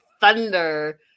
thunder